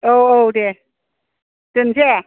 औ दे दोननोसै